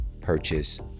purchase